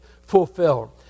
fulfilled